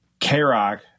k-rock